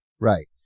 right